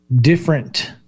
different